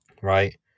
right